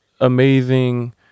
amazing